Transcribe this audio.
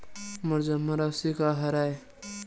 मोर जमा राशि का हरय?